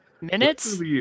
Minutes